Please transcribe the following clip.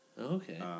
Okay